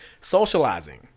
Socializing